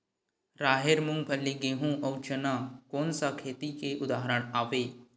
राहेर, मूंगफली, गेहूं, अउ चना कोन सा खेती के उदाहरण आवे?